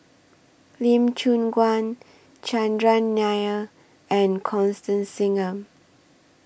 Lee Choon Guan Chandran Nair and Constance Singam